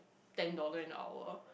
ten dollar an hour